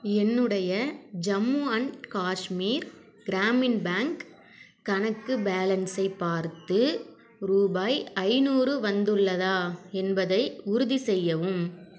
என்னுடைய Jammu and Kashmir Gramin bank கணக்கு பேலன்ஸை பார்த்து ரூபாய் ஐநூறு வந்துள்ளதா என்பதை உறுதிசெய்யவும்